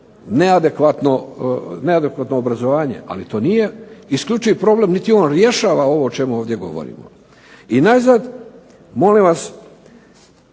neadekvatno obrazovanje, ali to nije isključiv problem niti on rješava ovo o čemu ovdje govorimo. I najzad, molim vas,